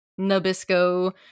Nabisco